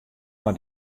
mei